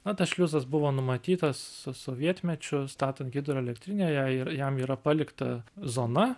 na tas šliuzas buvo numatytas so sovietmečiu statant hidroelektrinę jai jam yra palikta zona